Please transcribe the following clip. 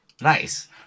Nice